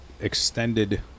extended